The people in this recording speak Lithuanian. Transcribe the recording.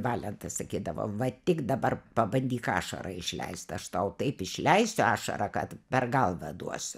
valentas sakydavo va tik dabar pabandyk ašarą išleist aš tau taip išleisiu ašarą kad per galvą duosiu